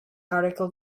article